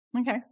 Okay